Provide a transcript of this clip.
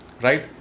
right